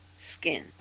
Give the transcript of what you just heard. Skin